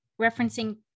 referencing